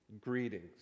greetings